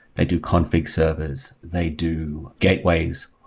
they do config servers, they do gateways,